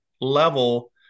level